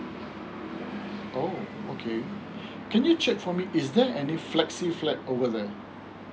oh okay can you check for me is there any flexi flat over there